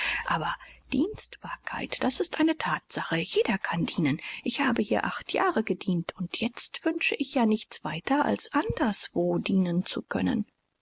aber dienstbarkeit das ist eine thatsache jeder kann dienen ich habe hier acht jahre gedient und jetzt wünsche ich ja nichts weiter als anderswo dienen zu können